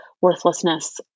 worthlessness